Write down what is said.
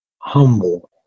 humble